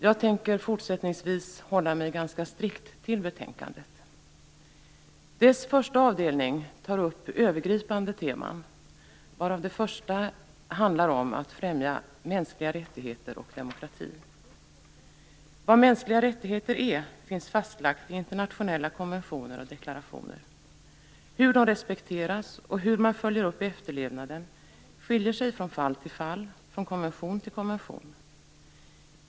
Jag tänker fortsättningsvis hålla mig ganska strikt till betänkandet. Dess första avdelning tar upp övergripande teman, varav det första handlar om att främja mänskliga rättigheter och demokrati. Vad mänskliga rättigheter är finns fastlagt i internationella konventioner och deklarationer. Hur de respekteras och hur man följer upp efterlevnaden skiljer sig från fall till fall och från konvention till konvention.